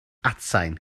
atsain